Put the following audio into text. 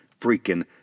freaking